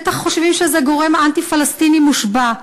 בטח חושבים שזה גורם אנטי-פלסטיני מושבע.